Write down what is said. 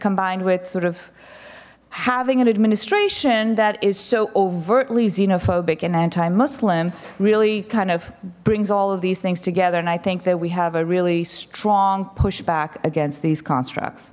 combined with sort of having an administration that is so overtly xenophobic and anti muslim really kind of brings all of these things together and i think that we have a really strong pushback against these constructs